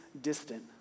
distant